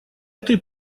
этой